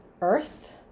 Earth